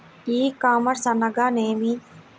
E commerce అనగానేమి?